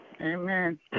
Amen